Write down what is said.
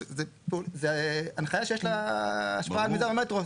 זו הנחיה שיש לה השפעה על מיזם המטרו,